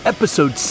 Episode